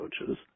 coaches